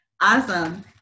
Awesome